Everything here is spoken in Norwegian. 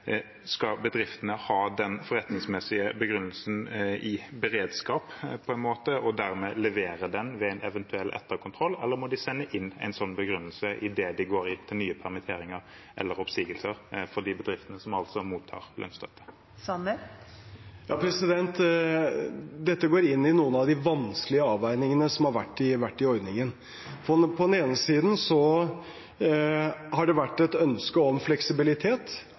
Skal bedriftene ha den forretningsmessige begrunnelsen i beredskap, og dermed levere den ved en eventuell etterkontroll, eller må de sende inn en sånn begrunnelse idet de går til nye permitteringer eller oppsigelser? Det gjelder altså de bedriftene som mottar lønnsstøtte. Dette går inn i noen av de vanskelige avveiningene som har vært i ordningen. På den ene siden har det vært et ønske om fleksibilitet,